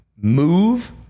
move